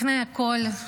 לפני הכול,